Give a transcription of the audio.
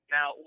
Now